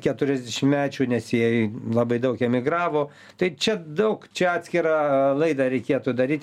keturiasdešimtmečių nes jie labai daug emigravo tai čia daug čia atskirą laidą reikėtų daryt